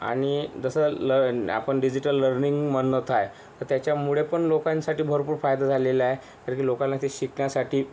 आणि जसं ल आपण डिजिटल लर्निंग म्हणत आहे तर त्याच्यामुळे पण लोकांसाठी भरपूर फायदा झालेला आहे कारण की लोकांना ते शिकण्यासाठी